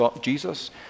Jesus